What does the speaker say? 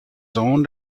owned